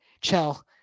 Chell